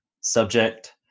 subject